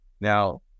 now